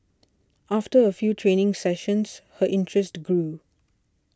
after a few training sessions her interest grew